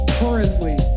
currently